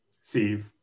Steve